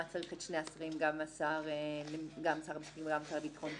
במה צריך את שני השרים גם שר המשפטים וגם השר לביטחון הפנים,